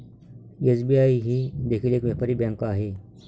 SBI ही देखील एक व्यापारी बँक आहे